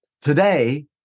Today